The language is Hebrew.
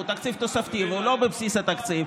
והוא תקציב תוספתי והוא לא בבסיס התקציב,